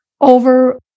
over